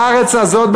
בארץ הזאת,